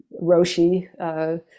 Roshi